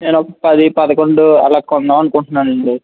నేనొక పది పదకొండు అలా కొందామనుకుంటున్నానండి